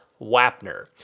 Wapner